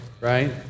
right